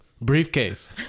briefcase